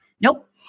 Nope